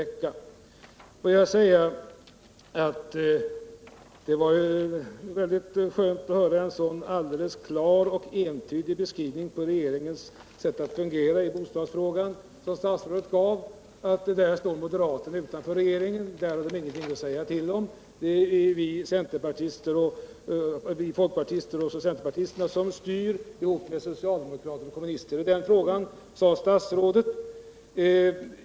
Får jag sedan säga att det var väldigt skönt att av statsrådet få höra en så klar och entydig beskrivning av regeringens sätt att fungera i bostadsfrågan: Här står moderaterna utanför regeringen och har ingenting att säga till om. Det är vi folkpartister och centerpartisterna som styr tillsammans med socialdemokrater och kommunister i den här frågan.